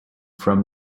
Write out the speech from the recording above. from